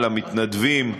למתנדבים,